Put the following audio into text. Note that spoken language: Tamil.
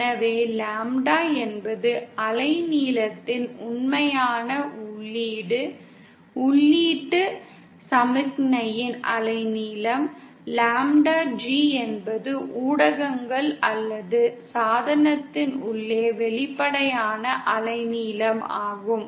எனவே லாம்ப்டா என்பது அலைநீளத்தின் உண்மையான உள்ளீடு உள்ளீட்டு சமிக்ஞையின் அலைநீளம் லாம்ப்டா G என்பது ஊடகங்கள் அல்லது சாதனத்தின் உள்ளே வெளிப்படையான அலைநீளம் ஆகும்